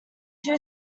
two